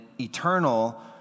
eternal